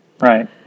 Right